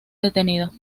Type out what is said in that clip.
detenido